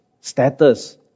status